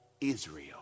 Israel